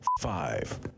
five